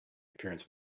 appearance